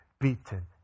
beaten